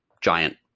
giant